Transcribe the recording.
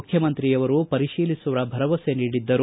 ಮುಖ್ಯಮಂತ್ರಿಯವರು ಪರಿಶೀಲಿಸುವ ಭರವಸೆ ನೀಡಿದ್ದರು